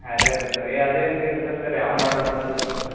ಹರೇ ಹರೇ ಸರ್ ಎ ಅದು ಏನು ರೇಟ್ ಅದ ರಿ ಸರ್ ಯಾವ ಮಾಡಲ್ ಅದಾವೆ ನಿಮ್ಮಲ್ಲಿ